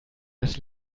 das